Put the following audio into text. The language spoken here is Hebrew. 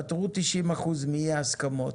פתרו 90% מאי ההסכמות.